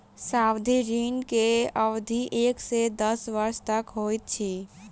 सावधि ऋण के अवधि एक से दस वर्ष तक होइत अछि